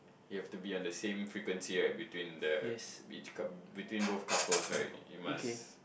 you have to be on the same frequency right between the each coup~ between both couples right you must